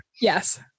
Yes